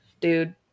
dude